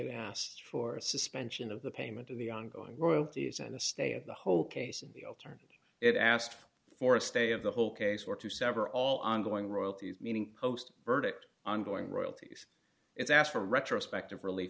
asked for a suspension of the payment of the ongoing royalties the state the whole case and the alternative it asked for a stay of the whole case or to sever all ongoing royalties meaning post verdict ongoing royalties it's asked for retrospective